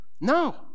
No